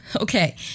Okay